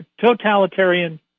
totalitarian